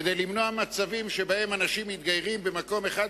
כדי למנוע מצבים שבהם אנשים מתגיירים במקום אחד,